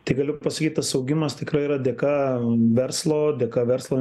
tai galiu pasakyt tas augimas tikrai yra dėka verslo dėka verslo